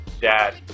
dad